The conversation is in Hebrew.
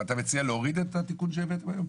אתה מציע להוריד את התיקון שהבאתם היום?